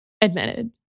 admitted